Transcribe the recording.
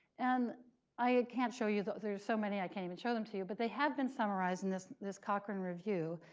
and i can't show you there's so many, i can't even show them to you. but they have been summarized in this this cochrane review,